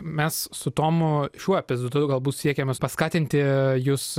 mes su tomu šiuo epizodu galbūt siekiame paskatinti jus